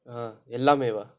uh எல்லாமே:ellaame ah